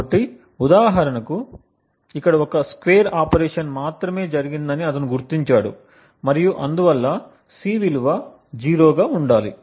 కాబట్టి ఉదాహరణకు ఇక్కడ ఒక స్క్వేర్ ఆపరేషన్ మాత్రమే జరిగిందని అతను గుర్తించాడు మరియు అందువల్ల C విలువ 0 గా ఉండాలి